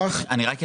אני רק אחדד,